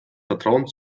vertrauen